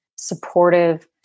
supportive